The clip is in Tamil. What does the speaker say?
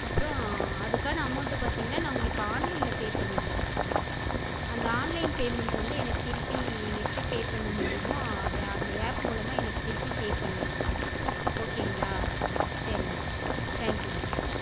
அப்புறம் அதுக்கான அமௌண்ட்டை பார்த்திங்கனா நான் உங்களுக்கு ஆன்லைனில் பே பண்ணியிருக்கேன் அந்த ஆன்லைன் பேமெண்ட்டை வந்து எனக்கு திருப்பி எப்படி பே பண்ண முடியுமோ அது அந்த ஆப் மூலமாக எனக்கு திருப்பி பே பண்ணிடுங்க ஓகேங்களா சரிங்க தேங்க்யூங்க சார்